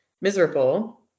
miserable